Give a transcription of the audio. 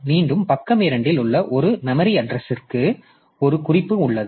மீண்டும் பக்கம் 2 இல் உள்ள ஒரு மெமரி அட்ரஸ்க்கு ஒரு குறிப்பு உள்ளது